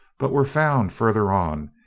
but were found further on,